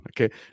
Okay